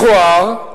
מכוער,